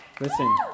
listen